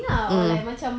mm